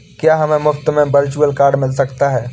क्या हमें मुफ़्त में वर्चुअल कार्ड मिल सकता है?